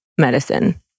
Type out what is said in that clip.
medicine